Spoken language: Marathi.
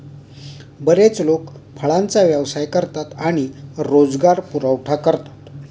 बरेच लोक फळांचा व्यवसाय करतात आणि रोजगार पुरवठा करतात